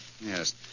Yes